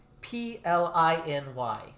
P-L-I-N-Y